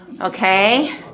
Okay